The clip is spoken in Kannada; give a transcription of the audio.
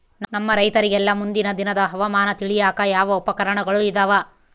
ನಮ್ಮ ರೈತರಿಗೆಲ್ಲಾ ಮುಂದಿನ ದಿನದ ಹವಾಮಾನ ತಿಳಿಯಾಕ ಯಾವ ಉಪಕರಣಗಳು ಇದಾವ?